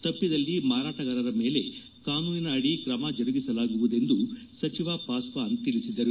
ತಪ್ಪಿದಲ್ಲಿ ಮಾರಾಟಗಾರರ ಮೇಲೆ ಕಾನೂನಿನ ಅಡಿ ಕ್ರಮ ಜರುಗಿಸಲಾಗುವುದೆಂದು ಸಚಿವ ಪಾಸ್ವಾನ್ ತಿಳಿಸಿದ್ದಾರೆ